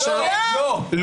לא לא, לא.